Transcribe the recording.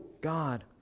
God